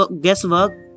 guesswork